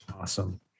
Awesome